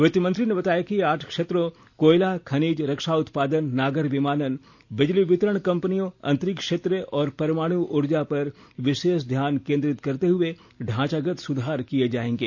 वित्तमंत्री ने बताया कि आठ क्षेत्रों कोयला खनिज रक्षा उत्पादन नागर विमानन बिजली वितरण कंपनियों अंतरिक्ष क्षेत्र और परमाणु ऊर्जा पर विशेष ध्यान केंद्रित करते हुए ढांचागत सुधार किए जाएंगे